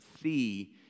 see